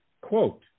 quote